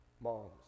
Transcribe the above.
moms